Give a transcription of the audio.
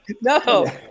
No